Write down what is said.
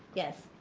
yes.